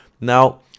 Now